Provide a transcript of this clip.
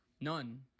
none